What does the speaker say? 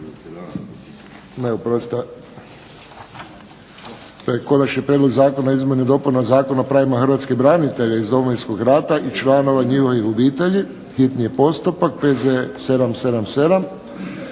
hrvatskih branitelja iz Domovinskog rata i članova njihovih obitelji. Hvala lijepo.